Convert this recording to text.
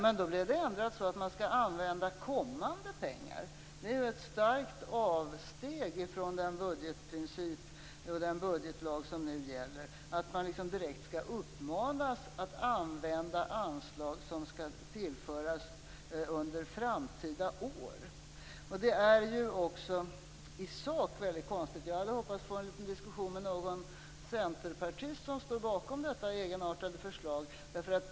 Men då blev det ändrat så att man skall använda kommande pengar. Det är ett starkt avsteg från den budgetprincip och den budgetlag som nu gäller, att man direkt uppmanas att använda anslag som skall tillföras under framtida år. Det är också i sak väldigt konstigt. Jag hade hoppats att få en liten diskussion med någon centerpartist som står bakom detta egenartade förslag.